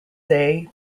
say